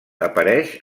apareix